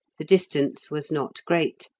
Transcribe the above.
the distance was not great,